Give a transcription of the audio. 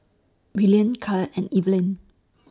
Willian Kael and Evalyn